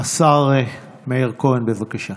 השר מאיר כהן, בבקשה.